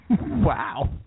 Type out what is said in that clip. Wow